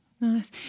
Nice